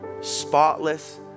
spotless